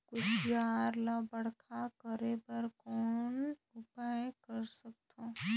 कुसियार ल बड़खा करे बर कौन उपाय कर सकथव?